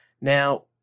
Now